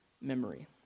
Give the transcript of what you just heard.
memory